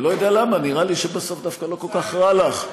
לא יודע למה, נראה לי שבסוף דווקא לא כל כך רע לך.